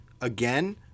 again